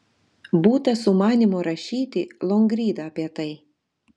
būta sumanymo rašyti longrydą apie tai